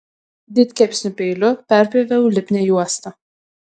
didkepsnių peiliu perpjoviau lipnią juostą